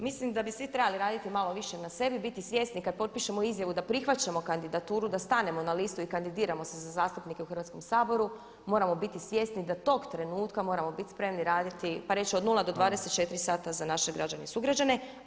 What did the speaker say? Mislim da bi svi trebali raditi malo više na sebi, biti svjesni kada potpišemo izjavu da prihvaćamo kandidaturu, da stanemo na listu i kandidiramo se za zastupnike u Hrvatskom saboru moramo biti svjesni da tog trenutka moramo biti spremni raditi, pa reći od 0-24h za naše građane i sugrađane.